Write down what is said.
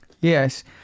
yes